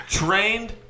trained